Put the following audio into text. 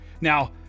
Now